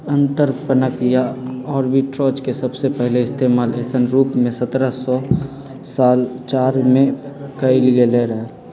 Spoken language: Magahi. अंतरपणन या आर्बिट्राज के सबसे पहले इश्तेमाल ऐसन रूप में सत्रह सौ चार में कइल गैले हल